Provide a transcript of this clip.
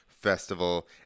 festival